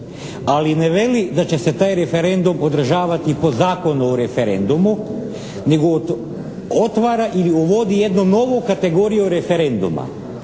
ali ne veli da će se taj referendum održavati po Zakonu o referendumu nego otvara ili uvodi jednu novu kategoriju referenduma.